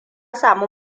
sami